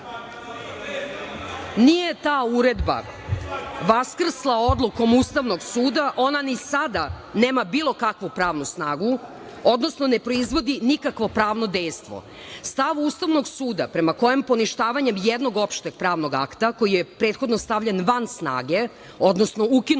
ta uredba vaskrsla odlukom Ustavnog suda, ona ni sada nema bilo kakvu pravnu snagu, odnosno ne proizvodi nikakvo pravno dejstvo. Stav Ustavnog suda preka kojem poništavanjem jednog opšteg pravnog akta, koji je prethodno stavljen van snage, odnosno ukinut